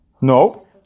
No